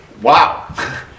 wow